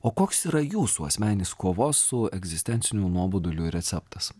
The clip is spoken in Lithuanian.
o koks yra jūsų asmeninis kovos su egzistenciniu nuoboduliu receptas